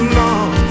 long